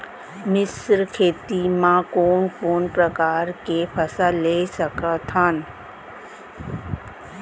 मिश्र खेती मा कोन कोन प्रकार के फसल ले सकत हन?